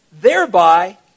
thereby